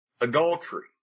adultery